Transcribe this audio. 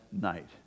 night